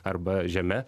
arba žeme